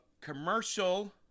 commercial